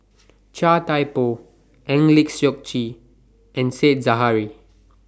Chia Thye Poh Eng Lee Seok Chee and Said Zahari